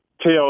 tell